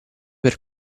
per